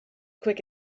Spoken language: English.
quick